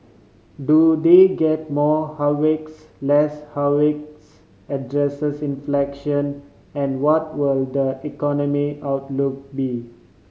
do they get more hawkish less hawkish addresses inflation and what will the economic outlook be